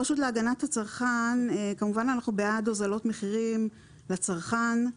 ברשות להגנת הצרכן, כמובן הוזלת מחירים לצרכן,